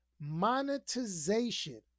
Monetization